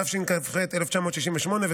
התשכ"ח 1968,